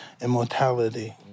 immortality